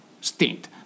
stint